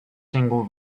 single